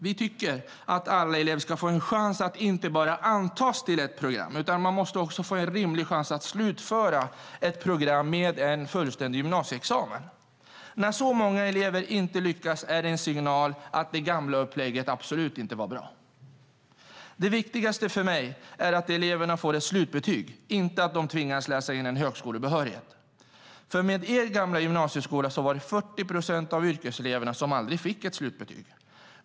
Vi tycker att alla elever ska få en chans att inte bara antas till ett program, utan man ska också få en rimlig chans att slutföra ett program med en fullständig gymnasieexamen. När så många elever inte lyckas är det en signal att det gamla upplägget inte var bra. Det viktigaste för mig är att eleverna får ett slutbetyg, inte att de tvingas läsa in en högskolebehörighet. Med er gamla gymnasieskola så var det 40 procent av yrkeseleverna som aldrig fick ett slutbetyg.